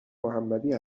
محمدی